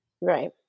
Right